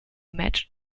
matt